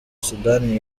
sudani